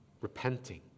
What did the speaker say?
repenting